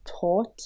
taught